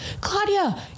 Claudia